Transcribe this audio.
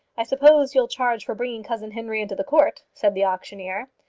i suppose you'll charge for bringing cousin henry into the court, said the auctioneer.